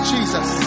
Jesus